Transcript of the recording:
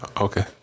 Okay